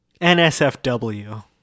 NSFW